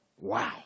Wow